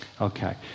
Okay